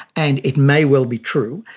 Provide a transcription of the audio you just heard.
and it may well be true,